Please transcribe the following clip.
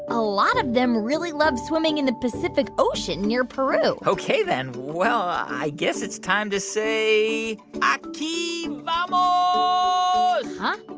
a lot of them really love swimming in the pacific ocean near peru ok then. well, i guess it's time to say aqui vamos ah huh?